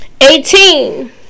Eighteen